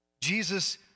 Jesus